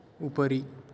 उपरि